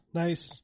nice